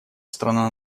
страна